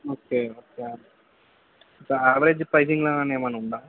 okay okay so average ప్రైజింగ్లోనా ఏమన్నా ఉందా